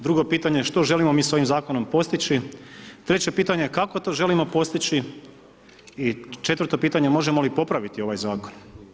Drugo pitanje što želimo mi sa ovim zakonom postići, treće pitanje kako to želimo postići i četvrto pitanje možemo li popraviti ovaj zakon.